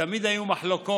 תמיד היו מחלוקות,